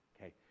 Okay